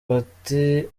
bati